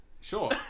Sure